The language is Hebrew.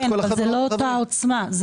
זה לא אותה עוצמה.